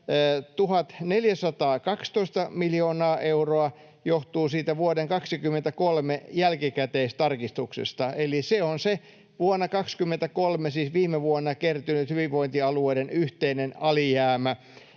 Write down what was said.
1 412 miljoonaa euroa johtuu siitä vuoden 23 jälkikäteistarkistuksesta, eli se on se vuonna 23, siis viime vuonna, kertynyt hyvinvointialueiden yhteinen alijäämä.